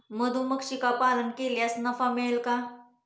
मधुमक्षिका पालन केल्यास नफा मिळेल का?